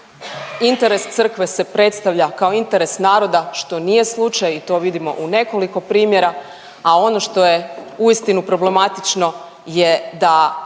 interes Crkve se predstavlja kao interes naroda što nije slučaj i to vidimo u nekoliko primjera, a ono što je uistinu problematično je da